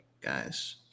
guys